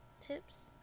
tips